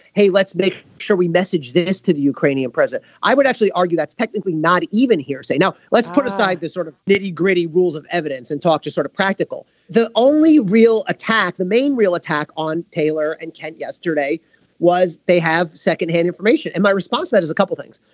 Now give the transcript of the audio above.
hey let's make sure we message this to the ukrainian president. i would actually argue that's technically not even hearsay. now let's put aside the sort of nitty gritty rules of evidence and talk to sort of practical the only the only real attack the main real attack on taylor and kent yesterday was they have second hand information. and my response to that is a couple things.